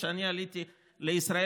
כשאני עליתי לישראל,